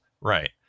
Right